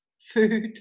food